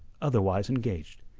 otherwise engaged.